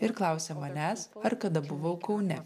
ir klausė manęs ar kada buvau kaune